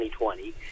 2020